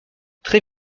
très